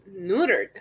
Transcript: neutered